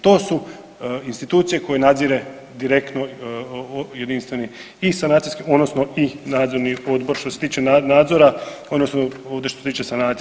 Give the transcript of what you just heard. To su institucije koje nadzire direktno jedinstveni sanacijski odnosno i nadzorni odbor, što se tiče nadzora odnosno sanacije.